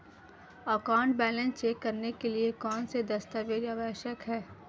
Account balance check करने के लिए कौनसे दस्तावेज़ आवश्यक हैं?